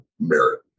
merit